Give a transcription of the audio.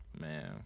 Man